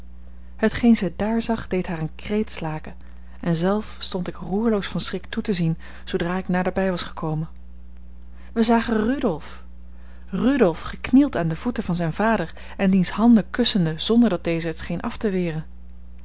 hetgeen zij daar zag deed haar een kreet slaken en zelf stond ik roerloos van schrik toe te zien zoodra ik naderbij was gekomen wij zagen rudolf rudolf geknield aan de voeten van zijn vader en diens handen kussende zonder dat deze het scheen af te weren